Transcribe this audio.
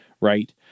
right